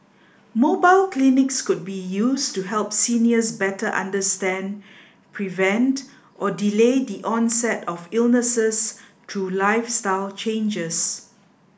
mobile clinics could be used to help seniors better understand prevent or delay the onset of illnesses through lifestyle changes